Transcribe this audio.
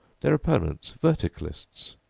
their opponents, verticalists.